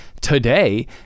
today